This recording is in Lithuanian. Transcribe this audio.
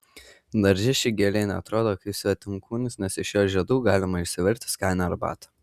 darže ši gėlė ne atrodo kaip svetimkūnis nes iš jos žiedų galima išsivirti skanią arbatą